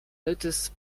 lettuce